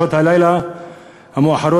בשעות הלילה המאוחרות,